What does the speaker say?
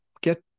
get